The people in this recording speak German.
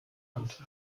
hand